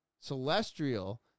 celestial